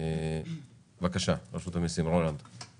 בבקשה, רולנד, רשות המיסים.